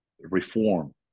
reform